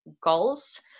goals